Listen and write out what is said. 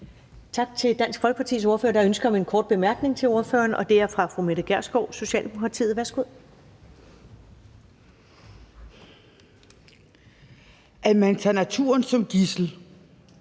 At man tager naturen som gidsel,